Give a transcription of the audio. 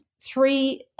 three –